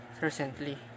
recently